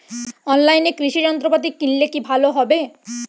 অনলাইনে কৃষি যন্ত্রপাতি কিনলে কি ভালো হবে?